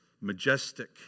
majestic